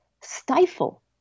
stifle